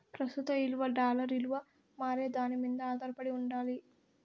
ప్రస్తుత ఇలువ డాలర్ ఇలువ మారేదాని మింద ఆదారపడి ఉండాలి